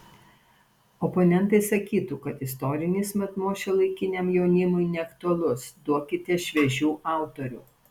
oponentai sakytų kad istorinis matmuo šiuolaikiniam jaunimui neaktualus duokite šviežių autorių